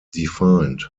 defined